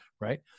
Right